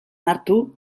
hartu